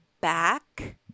back